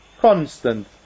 constant